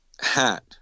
Hat